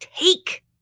take